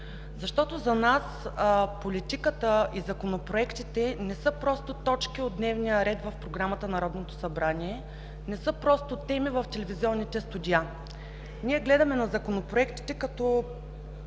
партии. За нас политиката и законопроектите не са просто точки от дневния ред в програмата на Народното събрание, не са просто теми в телевизионните студиа. Ние гледаме на законопроектите като